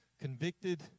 convicted